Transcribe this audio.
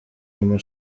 guma